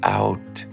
out